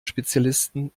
spezialisten